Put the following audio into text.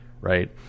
right